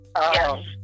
yes